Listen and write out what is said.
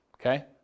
Okay